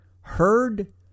heard